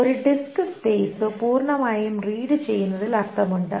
ഒരു disk space പൂർണമായും read ചെയ്യുന്നതിൽ അർത്ഥമുണ്ട്